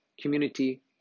community